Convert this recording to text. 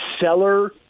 seller